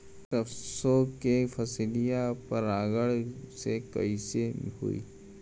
सरसो के फसलिया परागण से कईसे होई?